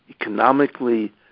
economically